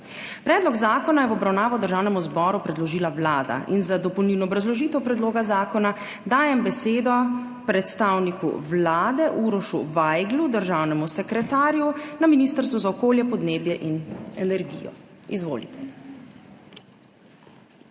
Predlog zakona je v obravnavo Državnemu zboru predložila Vlada in za dopolnilno obrazložitev predloga zakona dajem besedo predstavniku Vlade Urošu Vajglu, državnemu sekretarju na Ministrstvu za okolje, podnebje in energijo. Izvolite.